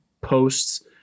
posts